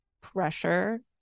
pressure